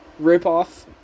ripoff